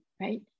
right